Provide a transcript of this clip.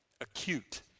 acute